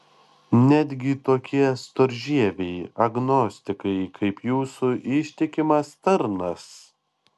netgi tokie storžieviai agnostikai kaip jūsų ištikimas tarnas